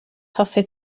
hoffet